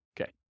Okay